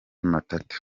matata